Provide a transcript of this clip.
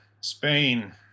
Spain